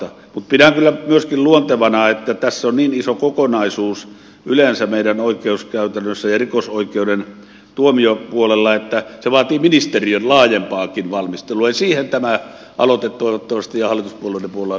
mutta pidän kyllä myöskin luontevana kun tämä on niin iso kokonaisuus yleensä meidän oikeuskäytännössämme ja rikosoikeuden tuomiopuolella että se vaatii ministeriön laajempaakin valmistelua ja siihen tämä aloite toivottavasti hallituspuolueiden puolella lisää paineita